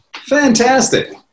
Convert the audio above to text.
fantastic